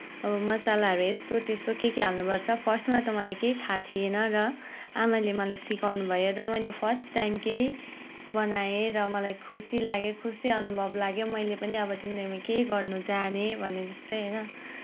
अब मसालाहरू यस्तो त्यस्तो के के हाल्नु पर्छ फर्स्टमा त मलाई केही थाहा थिएन र आमाले मलाई सिकाउनु भयो र मैले फर्स्ट टाइम केही बनाए र मलाई खुसी लाग्यो खुसी अनुभव लाग्यो मैले पनि अब जिन्दगीमा केही गर्न जाने भने जस्तै होइन